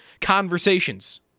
conversations